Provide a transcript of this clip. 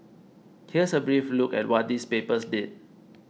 here's a brief look at what these papers did